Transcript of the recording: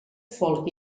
folk